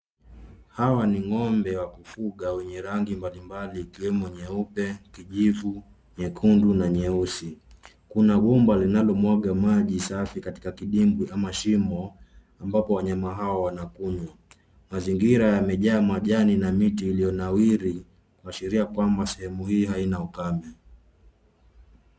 Hawa ni ng'ombe wa kufuga wenye rangi mbalimbali ikiwemo nyeupe, kijivu, nyekundu na nyeusi. Kuna gumba linalomwaga maji safi katika kidimbwi ama mashimo ambapo wanyama hawa wanakunywa. Mazingira yamejaa majani na miti iliyonawiri kuashiria kwamba sehemu hii haina ukame.